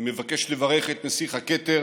אני מבקש לברך את נסיך הכתר